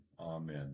amen